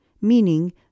meaning